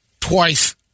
twice